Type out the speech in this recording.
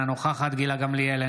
אינה נוכחת גילה גמליאל,